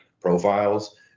profiles –